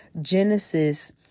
Genesis